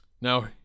now